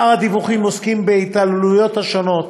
שאר הדיווחים עוסקים בהתעללויות שונות,